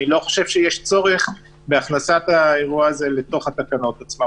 אני לא חושב שיש צורך בהכנסת האירוע הזה לתוך התקנות עצמן,